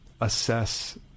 assess